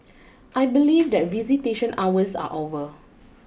I believe that visitation hours are over